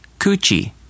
Coochie